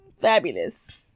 Fabulous